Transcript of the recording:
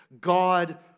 God